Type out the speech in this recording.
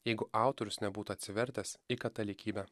jeigu autorius nebūtų atsivertęs į katalikybę